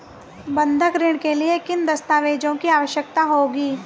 बंधक ऋण के लिए किन दस्तावेज़ों की आवश्यकता होगी?